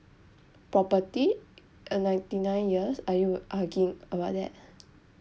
property ninety nine years are you asking about there